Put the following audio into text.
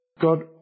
God